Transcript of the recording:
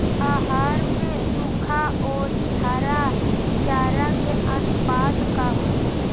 आहार में सुखा औरी हरा चारा के आनुपात का होला?